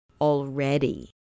already